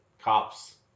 cops